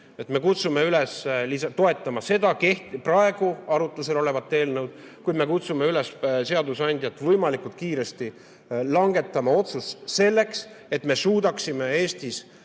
Me kutsume üles toetama seda praegu arutusel olevat eelnõu, kuid me kutsume üles seadusandjat võimalikult kiiresti langetama otsuse selleks, et me suudaksime Eestis